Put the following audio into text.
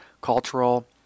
cultural